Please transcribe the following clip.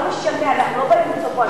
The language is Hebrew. לא משנה, אנחנו לא באים למצוא פה אשמים.